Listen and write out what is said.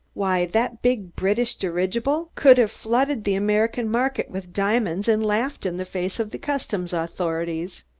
why, that big british dirigible could have flooded the american market with diamonds and laughed in the face of the customs authorities.